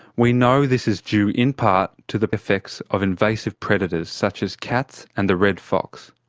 we know this is due in part to the effects of invasive predators such as cats and the red fox,